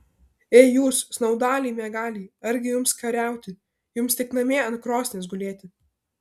ei jūs snaudaliai miegaliai argi jums kariauti jums tik namie ant krosnies gulėti